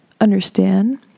understand